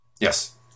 Yes